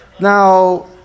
Now